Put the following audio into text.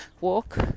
walk